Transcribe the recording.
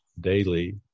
daily